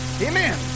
Amen